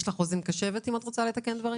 יש לך אוזן קשבת אם את רוצה לתקן דברים?